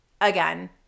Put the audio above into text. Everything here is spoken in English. again